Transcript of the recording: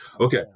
Okay